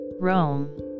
Rome